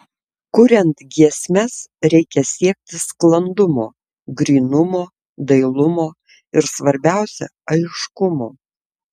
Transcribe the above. kuriant giesmes reikia siekti sklandumo grynumo dailumo ir svarbiausia aiškumo